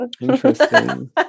Interesting